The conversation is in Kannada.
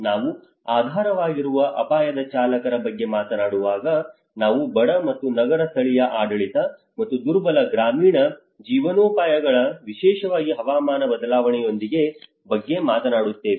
ನಾವು ಆಧಾರವಾಗಿರುವ ಅಪಾಯದ ಚಾಲಕರ ಬಗ್ಗೆ ಮಾತನಾಡುವಾಗ ನಾವು ಬಡ ಮತ್ತು ನಗರ ಸ್ಥಳೀಯ ಆಡಳಿತ ಮತ್ತು ದುರ್ಬಲ ಗ್ರಾಮೀಣ ಜೀವನೋಪಾಯಗಳ ವಿಶೇಷವಾಗಿ ಹವಾಮಾನ ಬದಲಾವಣೆಯೊಂದಿಗೆ ಬಗ್ಗೆ ಮಾತನಾಡುತ್ತೇವೆ